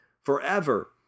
forever